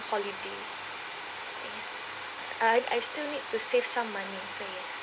holidays I I still need to save some money so yes